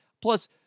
Plus